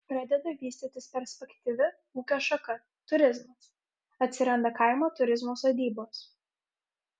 pradeda vystytis perspektyvi ūkio šaka turizmas atsiranda kaimo turizmo sodybos